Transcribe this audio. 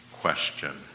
question